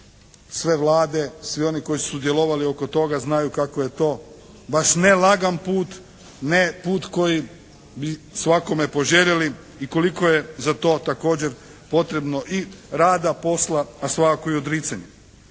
sve Vlade, svi oni koji su sudjelovali oko toga znaju kako je to baš ne lagan put, ne put koji bi svakome poželjeli i koliko je za to također potrebno i rada, posla a svakako i odricanja.